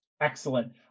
Excellent